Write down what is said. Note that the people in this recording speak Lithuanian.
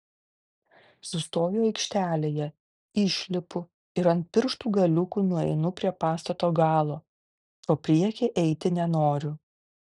sustoju aikštelėje išlipu ir ant pirštų galiukų nueinu prie pastato galo pro priekį eiti nenoriu